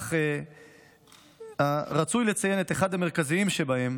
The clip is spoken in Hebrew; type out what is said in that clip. אך רצוי לציין את אחד המרכזיים שבהם,